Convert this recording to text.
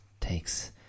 takes